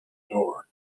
door